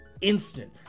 instant